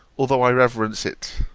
although i reverence it